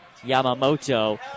Yamamoto